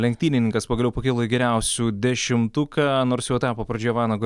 lenktynininkas pagaliau pakilo į geriausių dešimtuką nors jau etapo pradžioje vanago